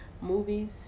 Movies